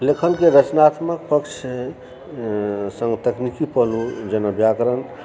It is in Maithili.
लेखनके रचनात्मक पक्ष अछि सेहो तकनीकी पहलु जेना व्याकरण